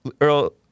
Earl